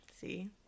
See